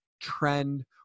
trend